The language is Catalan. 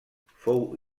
fou